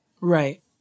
Right